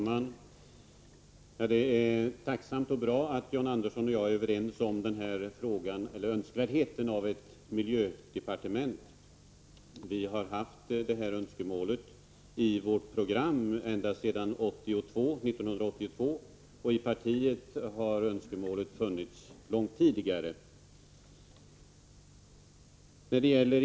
Herr talman! Det är tacknämligt och bra att John Andersson och jag är överens om önskvärdheten av ett miljödepartement. Vi har haft det önskemålet i vårt program ända sedan 1982, och i partiet har önskemålet funnits långt tidigare.